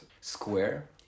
square